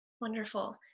Wonderful